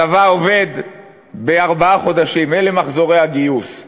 הצבא עובד בארבעה חודשים, אלה מחזורי הגיוס.